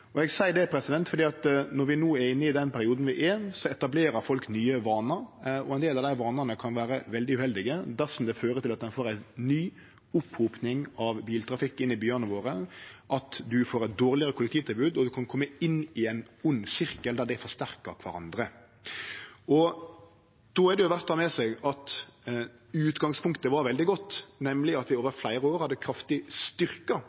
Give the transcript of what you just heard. vi no er inne i, etablerer folk nye vanar, og ein del av dei vanane kan vere veldig uheldige dersom det fører til at ein får ei ny opphoping av biltrafikk i byane våre og eit dårlegare kollektivtilbod. Ein kan kome inn i ein vond sirkel der det forsterkar kvarandre. Då er det verdt å ta med seg at utgangspunktet var veldig godt, nemleg at vi